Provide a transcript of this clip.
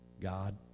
God